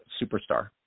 superstar